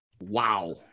Wow